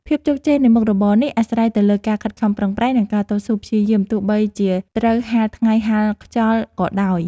ភាពជោគជ័យនៃមុខរបរនេះអាស្រ័យទៅលើការខិតខំប្រឹងប្រែង និងការតស៊ូព្យាយាមទោះបីជាត្រូវហាលថ្ងៃហាលខ្យល់ក៏ដោយ។